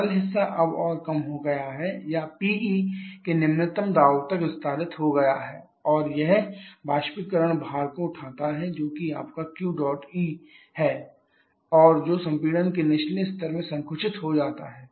तरल हिस्सा अब और कम हो गया है या पीई के निम्नतम दबाव तक विस्तारित हो गया है और यह बाष्पीकरण भार को उठाता है जो कि आपका क्यू डॉट ई है और जो संपीड़न के निचले स्तर में संकुचित हो जाता है